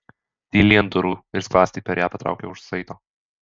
tyliai ant durų ir skląstį per ją patraukė už saito